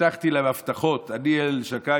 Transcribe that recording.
הבטחתי להם הבטחות: אני אל שדי,